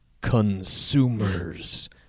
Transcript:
consumers